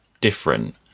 different